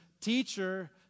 teacher